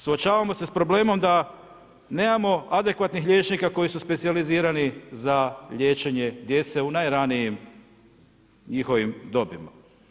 Suočavamo se s problemom da nemamo adekvatnih liječnika koji su specijalizirani za liječenje djece u najranijim njihovim dobima.